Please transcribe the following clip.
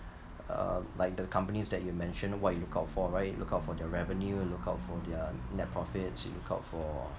um like the companies that you mentioned what you look out for right you look out for their revenue you look out for their net profits you look out for